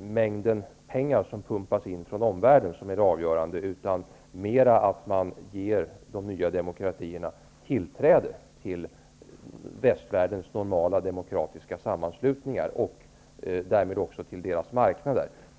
mängden pengar som pumpas in från omvärlden som är det avgörande, utan mera att man ger de nya demokratierna tillträde till västvärldens normala demokratiska sammanslutningar och därmed också till deras marknader.